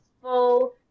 full